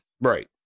Right